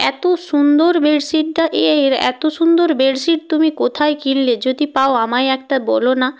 এতো সুন্দর বেডশিটটা এর এতো সুন্দর বেডশিট তুমি কোথায় কিনলে যদি পাও আমায় একটা বলো না